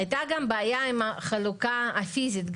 הייתה גם בעיה עם החלוקה הפיזית,